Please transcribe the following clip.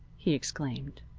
he exclaimed.